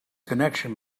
connection